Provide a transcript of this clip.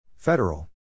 Federal